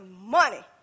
money